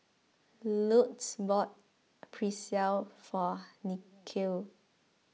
Luz bought Pretzel for Nikhil